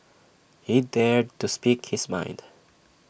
he dared to speak his mind